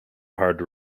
hard